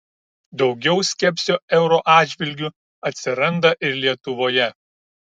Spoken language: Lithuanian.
daugiau skepsio euro atžvilgiu atsiranda ir lietuvoje